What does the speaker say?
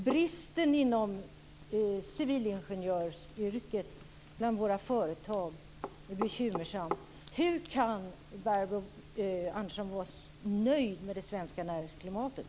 Bristen inom civilingenjörsyrket är ett bekymmer bland våra företag. Hur kan Barbro Andersson Öhrn vara nöjd med det svenska näringsklimatet?